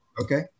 Okay